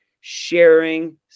sharing